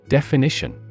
Definition